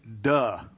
duh